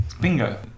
Bingo